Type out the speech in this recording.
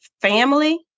family